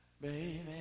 Baby